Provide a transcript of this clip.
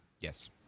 Yes